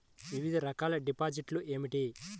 వివిధ రకాల డిపాజిట్లు ఏమిటీ?